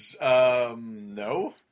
no